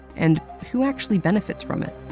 and who actually benefits from it?